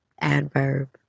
adverb